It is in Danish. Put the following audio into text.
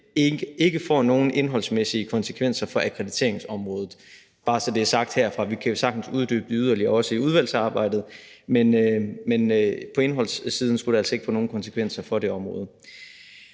ikke får nogen indholdsmæssige konsekvenser for akkrediteringsområdet. Det er bare for at få det sagt herfra, for vi kan jo sagtens uddybe det yderligere også i udvalgsarbejdet, men på indholdssiden skulle det altså ikke få nogen konsekvenser for det område.